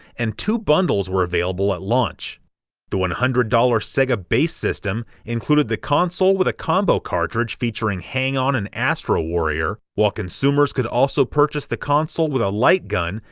and two bundles were available at launch the one hundred dollars sega base system included the console with a combo cartridge featuring hang-on and astro warrior, while consumers could also purchase the console with a light gun,